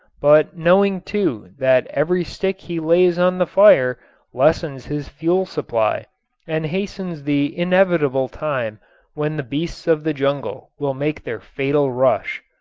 but knowing too that every stick he lays on the fire lessens his fuel supply and hastens the inevitable time when the beasts of the jungle will make their fatal rush.